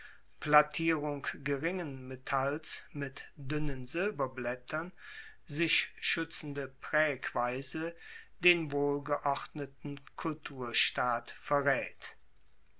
plattierung geringen metalls mit duennen silberblaettern sich schuetzende praegweise den wohlgeordneten kulturstaat verraet